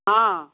हँ